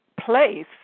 place